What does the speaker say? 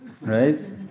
right